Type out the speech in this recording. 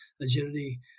agility